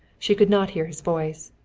she could not hear his voice.